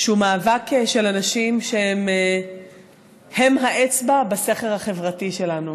שהוא מאבק של אנשים שהם האצבע בסכר החברתי שלנו,